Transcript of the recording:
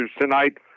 tonight